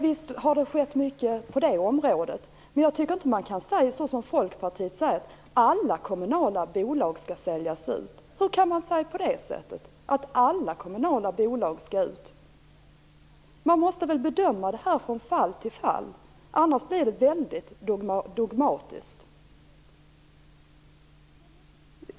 Visst har det skett mycket på det området, men jag tycker inte att man kan säga som Folkpartiet säger: Alla kommunala bolag skall säljas ut. Hur kan man säga att alla kommunala bolag skall säljas ut? Man måste bedöma det här från fall till fall. Annars blir det väldigt dogmatiskt.